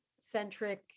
centric